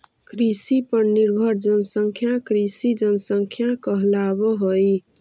कृषि पर निर्भर जनसंख्या कृषि जनसंख्या कहलावऽ हई